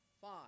five